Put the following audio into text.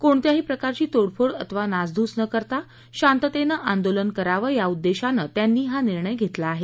कोणत्याही प्रकारची तोडफोड अथवा नासधूस न करता शांततेनं आंदोलन करावं या उद्देशानं त्यांनी हा निर्णय घेतला आहे